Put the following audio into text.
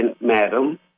Madam